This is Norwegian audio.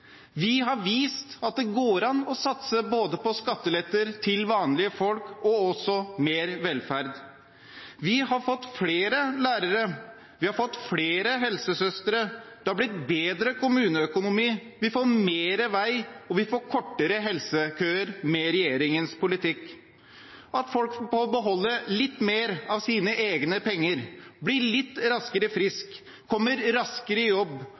Vi har vist at det går an å satse både på skatteletter til vanlige folk og på mer velferd. Vi har fått flere lærere, vi har fått flere helsesøstre, det har blitt bedre kommuneøkonomi, vi får mer vei, og vi får kortere helsekøer med regjeringens politikk. At folk får beholde litt mer av sine egne penger, blir litt raskere friske, kommer raskere i jobb,